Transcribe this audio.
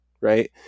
right